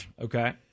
Okay